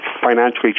financially